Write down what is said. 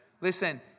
Listen